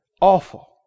Awful